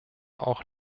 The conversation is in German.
auch